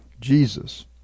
Jesus